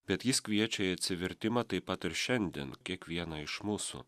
bet jis kviečia į atsivertimą taip pat ir šiandien kiekvieną iš mūsų